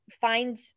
find